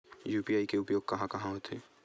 UPI के उपयोग कहां कहा होथे?